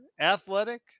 athletic